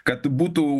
kad būtų